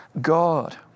God